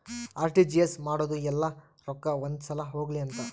RTGS ಮಾಡೋದು ಯೆಲ್ಲ ರೊಕ್ಕ ಒಂದೆ ಸಲ ಹೊಗ್ಲಿ ಅಂತ